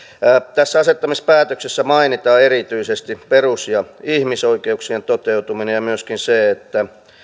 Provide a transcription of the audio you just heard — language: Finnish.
tässä asettamispäätöksessä mainitaan erityisesti perus ja ihmisoikeuksien toteutuminen ja myöskin se että